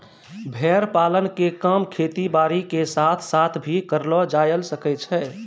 भेड़ पालन के काम खेती बारी के साथ साथ भी करलो जायल सकै छो